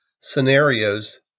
scenarios